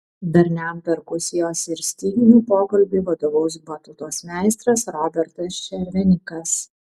darniam perkusijos ir styginių pokalbiui vadovaus batutos meistras robertas šervenikas